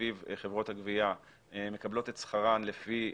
לפיו חברות הגבייה מקבלות את שכרן לפי